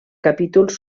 capítols